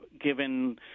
given